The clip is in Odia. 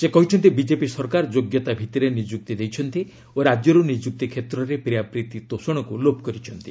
ସେ କହିଛନ୍ତି ବିଜେପି ସରକାର ଯୋଗ୍ୟତା ଭିତ୍ତିରେ ନିଯୁକ୍ତି ଦେଇଛନ୍ତି ଓ ରାଜ୍ୟରୁ ନିଯୁକ୍ତି କ୍ଷେତ୍ରରେ ପ୍ରିୟାପ୍ରୀତି ତୋଷଣକୁ ଲୋପ୍ କରିଛନ୍ତି